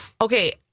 Okay